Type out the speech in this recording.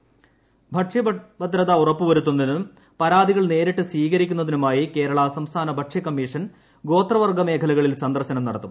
ഭക്ഷ്യകമ്മീഷൻ ഭക്ഷ്യഭദ്രത ഉറപ്പുവരുത്തുന്നതിനും പരാതികൾ നേരിട്ട് സ്വീകരിക്കുന്നതിനുമായി കേരള സംസ്ഥാന ഭക്ഷ്യകമ്മീഷൻ ഗോത്ര വർഗ്ഗ മേഖലകളിൽ സന്ദർശനം നടത്തും